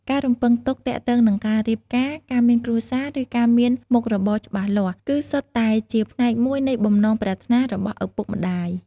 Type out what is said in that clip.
ការរំពឹងទុកទាក់ទងនឹងការរៀបការ ការមានគ្រួសារ ឬការមានមុខរបរច្បាស់លាស់ គឺសុទ្ធតែជាផ្នែកមួយនៃបំណងប្រាថ្នារបស់ឪពុកម្ដាយ។